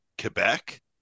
Quebec